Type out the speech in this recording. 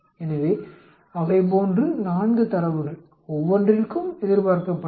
எனவே அவைபோன்று 4 தரவுகள் ஒவ்வொன்றிற்கும் எதிர்பார்க்கப்பட்டவை